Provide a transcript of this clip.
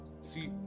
See